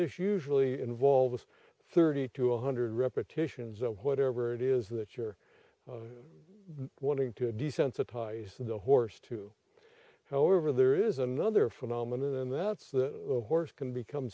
this usually involves thirty to one hundred repetitions of whatever it is that you're wanting to desensitize the horse to however there is another phenomenon and that's the horse can become